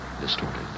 distorted